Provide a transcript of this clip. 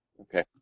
Okay